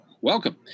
Welcome